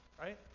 Right